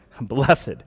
blessed